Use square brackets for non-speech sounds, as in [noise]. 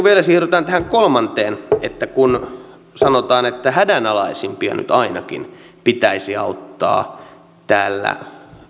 [unintelligible] vielä siirrytään tähän kolmanteen kun sanotaan että hädänalaisimpia nyt ainakin pitäisi auttaa ihan täällä